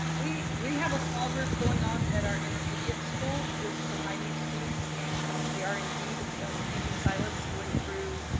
we we have a small group going on at our intermediate school with some high needs students and they are indeed using silas. going through,